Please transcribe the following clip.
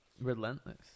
relentless